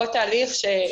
לא תהליך שקרה בקלות הדעת.